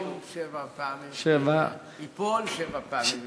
שבע פעמים ייפול, שבע פעמים יקום,